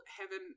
Heaven